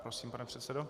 Prosím, pane předsedo.